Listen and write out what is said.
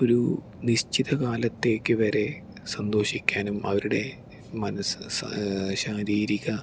ഒരു നിശ്ചിത കാലത്തേക്ക് വരെ സന്തോഷിക്കാനും അവരുടെ മനസ്സ് സ ശാരീരിക